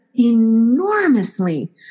enormously